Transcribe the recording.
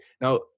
Now